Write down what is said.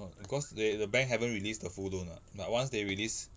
ah because they the bank haven't release the full loan [what] but once they release